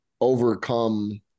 overcome